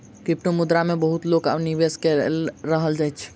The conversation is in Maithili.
क्रिप्टोमुद्रा मे बहुत लोक अब निवेश कय रहल अछि